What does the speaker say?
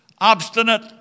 obstinate